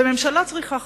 וממשלה צריכה חזון.